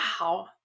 Wow